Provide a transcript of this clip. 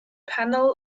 panel